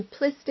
simplistic